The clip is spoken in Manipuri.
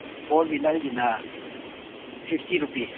ꯐꯣꯔ ꯋꯤꯂꯔꯒꯤꯅ ꯐꯤꯐꯇꯤ ꯔꯨꯄꯤꯁ